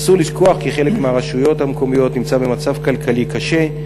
אסור לשכוח כי חלק מהרשויות המקומיות נמצא במצב כלכלי קשה,